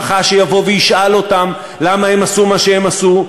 האם יהיה בן משפחה שיבוא וישאל אותם למה הם עשו מה שהם עשו,